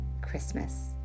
Christmas